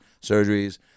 Surgeries